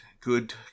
good